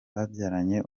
babyaranye